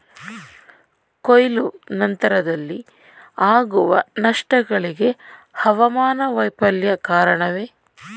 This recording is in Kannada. ಕೊಯ್ಲು ನಂತರದಲ್ಲಿ ಆಗುವ ನಷ್ಟಗಳಿಗೆ ಹವಾಮಾನ ವೈಫಲ್ಯ ಕಾರಣವೇ?